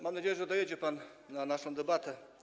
Mam nadzieję, że dojedzie pan na naszą debatę.